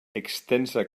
extensa